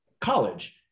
college